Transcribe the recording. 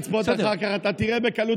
אני אתן לך לצפות אחר כך, אתה תראה בקלות.